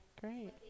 great